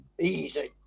Easy